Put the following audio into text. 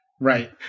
Right